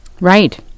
Right